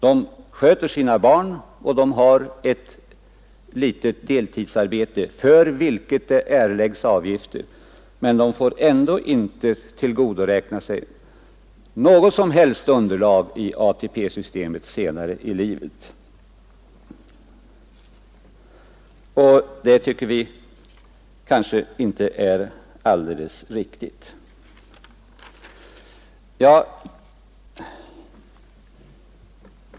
De sköter sina barn och har ett litet deltidsarbete, för vilket det erläggs avgifter. Men de får ändå inte tillgodoräkna sig något som helst underlag i ATP-systemet senare i livet. Det tycker vi inte är alldeles riktigt.